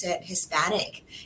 Hispanic